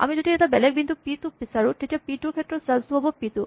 আমি যদি বেলেগ বিন্দু পি টু বিচাৰোঁ তেতিয়া পি টু ৰ ক্ষেত্ৰত ছেল্ফ হ'ব পি টু